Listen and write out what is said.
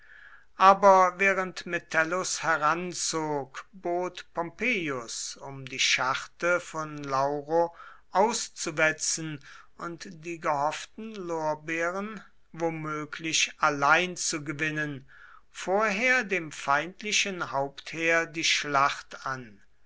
aber während metellus heranzog bot pompeius um die scharte von lauro auszuwetzen und die gehofften lorbeeren womöglich allein zu gewinnen vorher dem feindlichen hauptheer die schlacht an